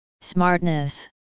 smartness